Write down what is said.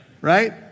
right